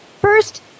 First